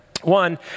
One